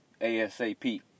ASAP